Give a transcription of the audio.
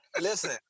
listen